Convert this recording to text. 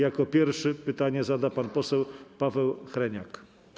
Jako pierwszy pytanie zada pan poseł Paweł Hreniak.